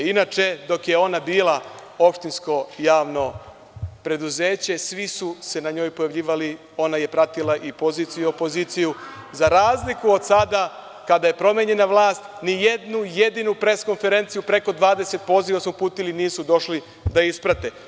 Inače, dok je ona bila opštinsko javno preduzeće, svi su se na njoj pojavljivali, ona je pratila i poziciju i opoziciju, za razliku od sada kada je promenjena vlast, nijednu jedinu pres konferenciju, preko 20 poziva smo uputili, nisu došli da isprate.